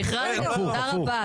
שחררתם, תודה רבה.